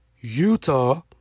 Utah